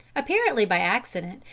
apparently by accident,